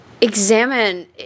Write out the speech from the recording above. Examine